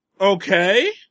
okay